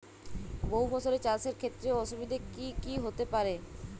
বহু ফসলী চাষ এর ক্ষেত্রে অসুবিধে কী কী হতে পারে?